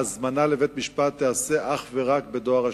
ההזמנה לבית-המשפט תיעשה אך ורק בדואר רשום,